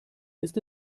ist